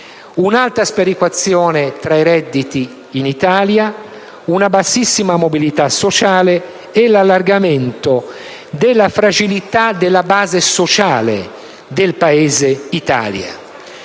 un'alta sperequazione tra i redditi, una bassissima mobilità sociale e l'allargamento della fragilità della base sociale del Paese.